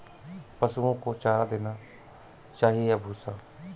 पशुओं को चारा देना चाहिए या भूसा?